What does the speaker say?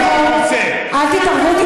אל תתערבו.